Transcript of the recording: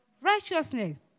righteousness